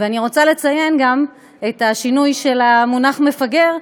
אני רוצה לציין גם את השינוי של המונח "מפגר"